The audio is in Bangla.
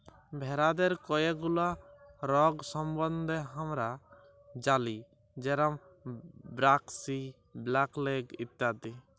ভেরাদের কয়ে গুলা রগ সম্বন্ধে হামরা জালি যেরম ব্র্যাক্সি, ব্ল্যাক লেগ ইত্যাদি